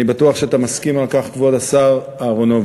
אני בטוח שאתה מסכים עם כך, כבוד השר אהרונוביץ.